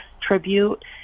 tribute